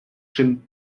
czym